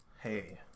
hey